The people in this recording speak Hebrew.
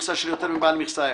מכסה של יותר מבעל מכסה אחד,